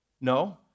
No